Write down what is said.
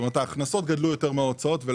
אולי הגיע הזמן לתקוע את ההעברות שלהם